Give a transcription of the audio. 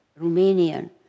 Romanian